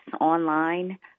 online